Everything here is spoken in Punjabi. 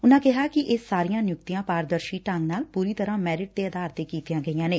ਉਨੂਾਂ ਕਿਹਾ ਕਿ ਇਹ ਸਾਰੀਆਂ ਨਿਯੁਕਤੀਆਂ ਪਾਰਦਰਸ਼ੀ ਢੰਗ ਨਾਲ ਪੂਰੀ ਤਰੂਾਂ ਮੈਰਿਟ ਆਧਾਰ ਤੇ ਕੀਤੀਆਂ ਗਈਆਂ ਨੇ